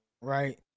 right